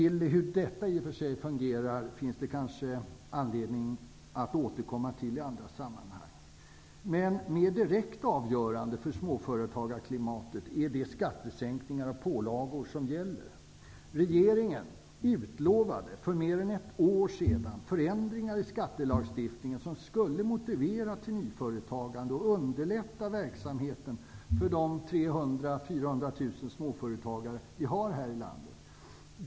Hur detta fungerar finns det kanske anledning att återkomma till i andra sammanhang. Men mer direkt avgörande för småföretagarklimatet är de skattesänkningar som gjorts och de pålagor som gäller. Regeringen utlovade för mer än ett år sedan förändringar i skattelagstiftningen som skulle motivera nyföretagande och underlätta verksamheten för de 300 000 -- 400 000 småföretagare som vi har här i landet.